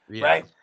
right